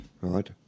Right